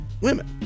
women